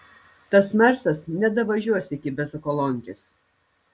tas mersas nedavažiuos iki bezokolonkės